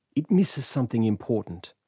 it misses something important.